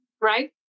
right